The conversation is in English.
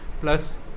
Plus